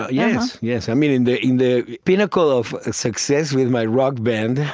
ah yes. yes. i mean, in the in the pinnacle of ah success with my rock band,